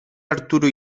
arturo